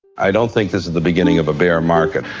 i don't think is the beginning of a bear market,